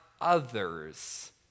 others